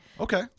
okay